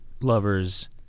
lovers